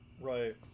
right